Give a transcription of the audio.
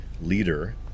leader